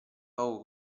poco